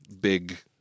big